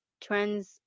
trends